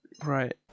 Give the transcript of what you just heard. right